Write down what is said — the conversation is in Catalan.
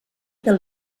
del